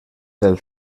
del